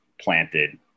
planted